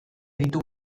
ditu